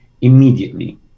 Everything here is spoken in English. immediately